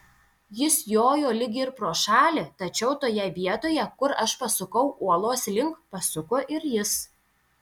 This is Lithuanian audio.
jis jojo lyg ir pro šalį tačiau toje vietoje kur aš pasukau uolos link pasuko ir jis